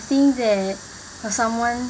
think that for someone